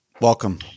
welcome